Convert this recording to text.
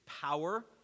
power